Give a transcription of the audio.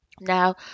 Now